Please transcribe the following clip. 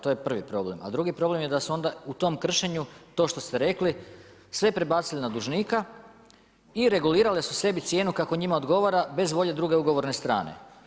To je prvi problem, a drugi problem je da su onda u tom kršenju to što ste rekli sve prebacili na dužnika i regulirale su sebi cijenu kako njima odgovara bez volje druge ugovorne strane.